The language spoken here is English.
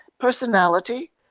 Personality